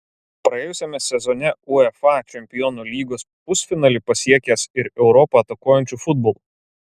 praėjusiame sezone uefa čempionų lygos pusfinalį pasiekęs ir europą atakuojančiu futbolu